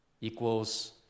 equals